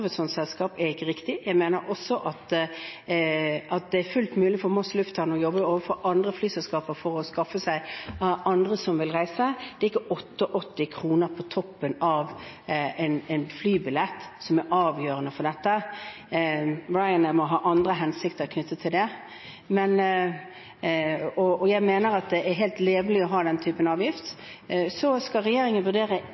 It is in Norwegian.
er fullt mulig for Moss lufthavn å jobbe overfor andre flyselskaper, for å skaffe seg andre som vil tilby reiser. Det er ikke 88 kr på toppen av en flybillett som er avgjørende her. Ryanair må ha andre hensikter med dette. Jeg mener at det er levelig å ha den typen